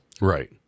Right